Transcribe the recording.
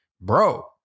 bro